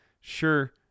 Sure